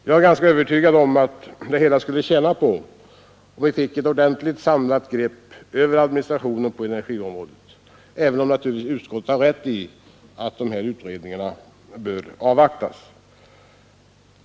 Jag är ganska övertygad om att det hela skulle tjäna på om vi fick ett ordentligt samlat grepp över administrationen på energiområdet, även om utskottet kan ha rätt i att de här utredningarna bör avvaktas.